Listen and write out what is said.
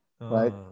right